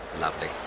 Lovely